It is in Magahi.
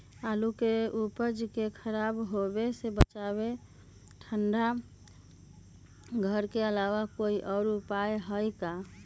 आलू के उपज के खराब होवे से बचाबे ठंडा घर के अलावा कोई और भी उपाय है का?